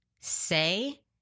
say